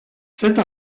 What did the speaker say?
cette